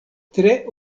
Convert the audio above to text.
tre